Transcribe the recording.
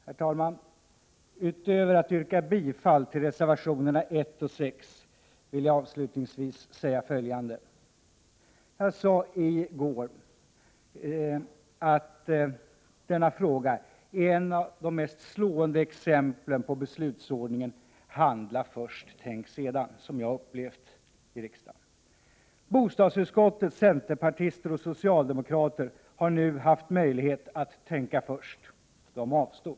Herr talman! Utöver att yrka bifall till reservationerna 1 och 6 vill jag avslutningsvis säga följande. Jag sade i går att handläggningen av detta ärende är ett av de mest slående exemplen på beslutsordningen ”handla först —tänk sedan” som jag upplevt i riksdagen. Bostadsutskottets centerpartister och socialdemokrater har nu haft möjlighet att tänka först. De avstod.